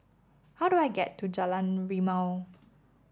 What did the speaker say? how do I get to Jalan Rimau